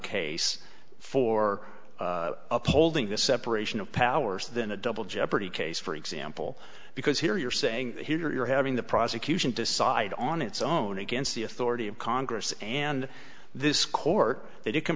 case for upholding the separation of powers than a double jeopardy case for example because here you're saying here you're having the prosecution decide on its own against the authority of congress and this court that you can